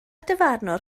dyfarnwr